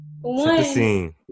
one